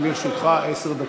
לרשותך עשר דקות.